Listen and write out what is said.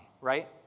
right